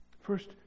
First